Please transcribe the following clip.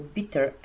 Bitter